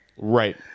right